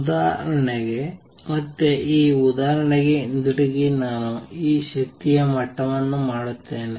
ಉದಾಹರಣೆಗೆ ಮತ್ತೆ ಈ ಉದಾಹರಣೆಗೆ ಹಿಂತಿರುಗಿ ನಾನು ಈ ಶಕ್ತಿಯ ಮಟ್ಟವನ್ನು ಮಾಡುತ್ತೇನೆ